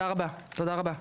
תודה רבה,